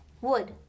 Wood